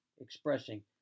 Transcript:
expressing